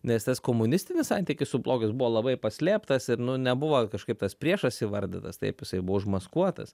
nes tas komunistinis santykis su blogiu jis buvo labai paslėptas ir nu nebuvo kažkaip tas priešas įvardytas taip jisai buvo užmaskuotas